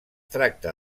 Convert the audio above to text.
tracta